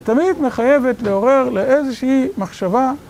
תמיד מחייבת לעורר לאיזושהי מחשבה.